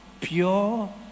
Pure